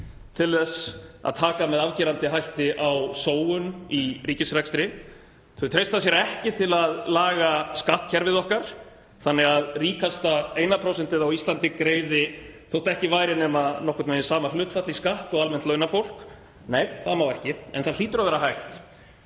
til þess að taka með afgerandi hætti á sóun í ríkisrekstri. Þau treysta sér ekki til að laga skattkerfið okkar þannig að ríkasta 1 prósentið á Íslandi greiði þótt ekki væri nema nokkurn veginn sama hlutfall í skatt og almennt launafólk. Nei, það má ekki, en það hlýtur að vera hægt,